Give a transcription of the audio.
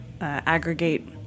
aggregate